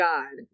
God